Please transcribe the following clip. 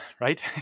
right